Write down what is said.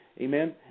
Amen